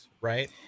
right